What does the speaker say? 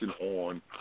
on